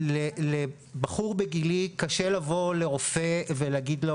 לבחור בגילי קשה לבוא לרופא ולהגיד לו